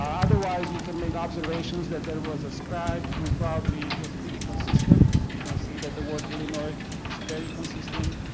um otherwise you can make observations that there was a scribe who probably was pretty consistent you can see that the word illinois is very consistent.